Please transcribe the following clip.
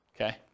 okay